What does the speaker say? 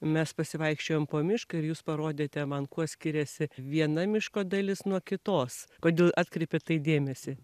mes pasivaikščiojom po mišką ir jūs parodėte man kuo skiriasi viena miško dalis nuo kitos todėl atkreipėt į tai dėmesį